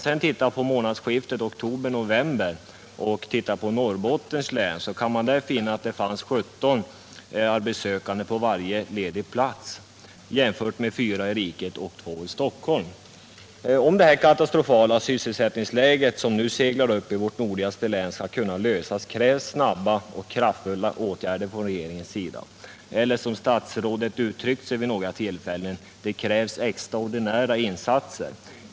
Vid månadsskiftet oktober-november fanns 17 arbetslösa på varje ledig plats i Norrbottens län jämfört med 4 i riket och 2 i Stockholm. Om det katastrofala sysselsättningsläge som nu seglar upp i vårt nord 161 ligaste län skall kunna lösas krävs snabba och kraftfulla åtgärder från regeringens sida. Eller, som statsrådet har uttryckt sig vid några tillfällen, det krävs extraordinära insatser.